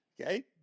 Okay